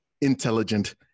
intelligent